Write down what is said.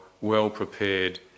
well-prepared